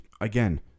again